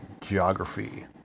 geography